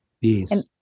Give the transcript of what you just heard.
Yes